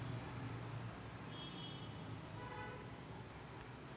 वनशेती म्हणजे उच्च मूल्य असलेल्या विशेष पिकांची लागवड